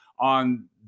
on